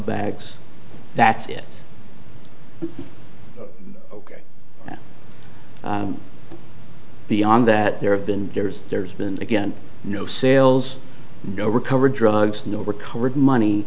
bags that's it ok now beyond that there have been there's there's been again no sales no recovered drugs no recovered money